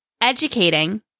educating